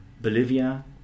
Bolivia